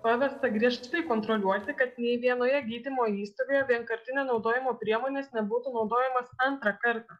pavesta griežtai kontroliuoti kad nei vienoje gydymo įstaigoje vienkartinio naudojimo priemonės nebūtų naudojamos antrą kartą